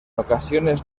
ocasiones